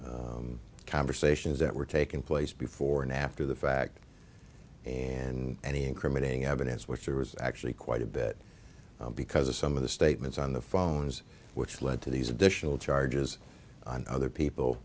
track conversations that were taking place before and after the fact and any incriminating evidence which there was actually quite a bit because of some of the statements on the phones which led to these additional charges and other people